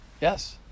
Yes